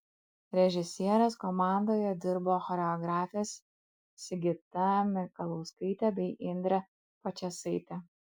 režisierės komandoje dirbo choreografės sigita mikalauskaitė bei indrė pačėsaitė